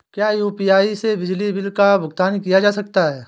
क्या यू.पी.आई से बिजली बिल का भुगतान किया जा सकता है?